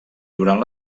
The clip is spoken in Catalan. durant